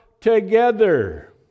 together